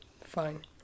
Fine